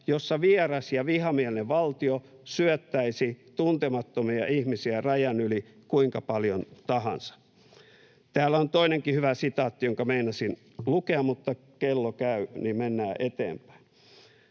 jossa vieras ja vihamielinen valtio syöttäisi tuntemattomia ihmisiä rajan yli kuinka paljon tahansa.” Täällä on toinenkin hyvä sitaatti, jonka meinasin lukea, mutta kello käy, niin että mennään eteenpäin.